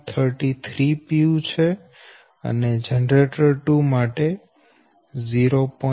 33 pu છે અને generator 2 માટે j0